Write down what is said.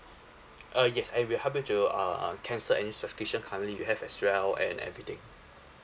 uh yes I will help you to uh uh cancel any subscription currently you have as well and everything